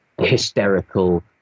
hysterical